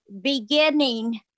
beginning